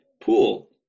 pool